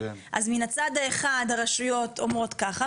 מהצד האחד הרשויות אומרות כך,